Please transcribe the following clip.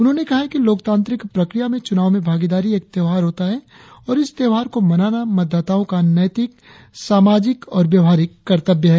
उन्होंने कहा है कि लोकतांत्रिक प्रक्रिया में चुनाव में भागीदारी एक त्योहार होता है और इस त्योहार को मनाना मतदाताओं का नैतिक सामाजिक और व्यवहारिक कर्तव्य है